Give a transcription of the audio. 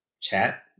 chat